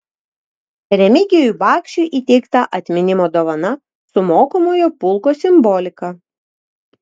remigijui bakšiui įteikta atminimo dovana su mokomojo pulko simbolika